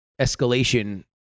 escalation